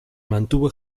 mantuvo